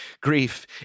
grief